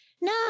No